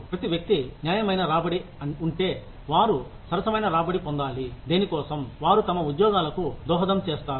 ప్రతి వ్యక్తి న్యాయమైన రాబడి ఉంటే వారు సరసమైన రాబడి పొందాలి దేని కోసం వారు తమ ఉద్యోగాలకు దోహదం చేస్తారు